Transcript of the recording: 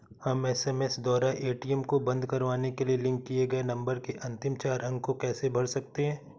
हम एस.एम.एस द्वारा ए.टी.एम को बंद करवाने के लिए लिंक किए गए नंबर के अंतिम चार अंक को कैसे भर सकते हैं?